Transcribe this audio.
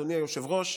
אדוני היושב-ראש,